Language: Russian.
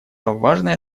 важное